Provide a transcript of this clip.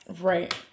Right